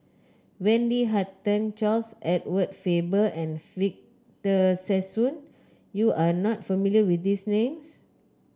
Wendy Hutton Charles Edward Faber and Victor Sassoon you are not familiar with these names